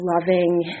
loving